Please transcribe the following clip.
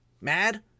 mad